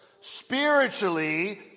spiritually